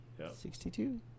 62